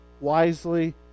wisely